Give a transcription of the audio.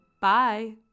Bye